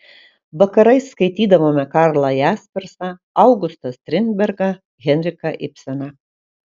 vakarais skaitydavome karlą jaspersą augustą strindbergą henriką ibseną